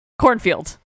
Cornfield